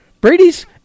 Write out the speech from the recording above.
Brady's